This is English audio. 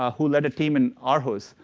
ah who led a team in aarhus,